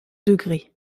degré